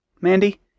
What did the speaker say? Mandy